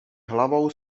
hlavou